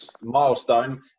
milestone